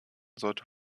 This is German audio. sollte